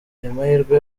mahirwe